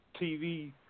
TV